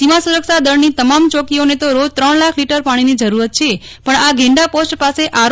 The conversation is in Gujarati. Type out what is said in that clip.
સીમા સુરક્ષા દળની તમામ ચોકીઓને તો રોજ ત્રણ લાખ લિટર પાણીની જરૂરત છે પણ આ ગેંડા પોસ્ટ પાસે આર